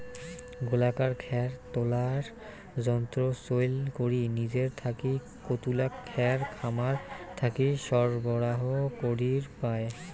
গোলাকার খ্যার তোলার যন্ত্র চইল করি নিজের থাকি কতুলা খ্যার খামার থাকি সরবরাহ করির পায়?